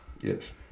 Yes